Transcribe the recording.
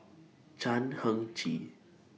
Chan Heng Chee